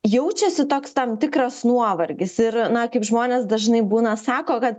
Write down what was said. jaučiasi toks tam tikras nuovargis ir na kaip žmonės dažnai būna sako kad